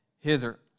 hither